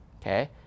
Okay